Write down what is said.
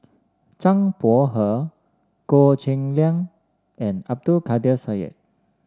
Zhang Bohe Goh Cheng Liang and Abdul Kadir Syed